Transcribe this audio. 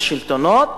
השלטונות,